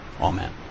Amen